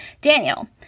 Daniel